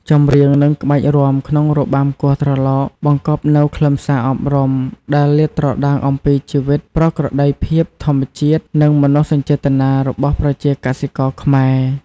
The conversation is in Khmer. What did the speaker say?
ចម្រៀង និងក្បាច់រាំក្នុងរបាំគោះត្រឡោកបង្កប់នូវខ្លឹមសារអប់រំ ដែលលាតត្រដាងអំពីជីវិត ប្រក្រតីភាពធម្មជាតិ និងមនោសញ្ចេតនារបស់ប្រជាកសិករខ្មែរ។